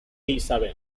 isabel